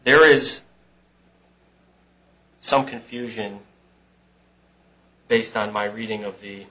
there is some confusion based on my reading of the